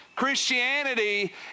Christianity